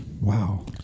Wow